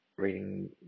reading